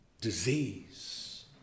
disease